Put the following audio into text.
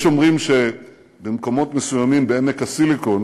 יש אומרים שבמקומות מסוימים בעמק הסיליקון